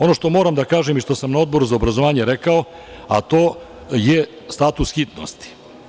Ono što moram da kažem i što sam na Odboru za obrazovanje rekao, a to je status hitnosti.